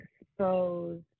exposed